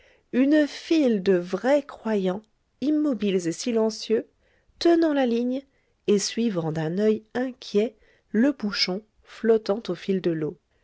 une file de vrais croyants immobiles et silencieux tenant la ligne et suivant d'un oeil inquiet le bouchon flottant au fil de l'eau